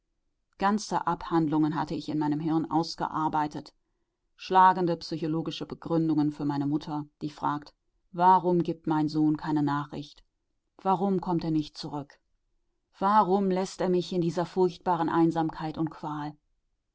ganze abhandlungen hatte ich in meinem hirn ausgearbeitet schlagende psychologische begründungen für eine mutter die fragt warum gibt mein sohn keine nachricht warum kommt er nicht zurück warum läßt er mich in dieser furchtbaren einsamkeit und qual